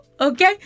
okay